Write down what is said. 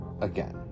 again